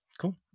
Cool